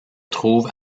trouve